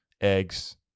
Eggs